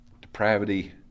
depravity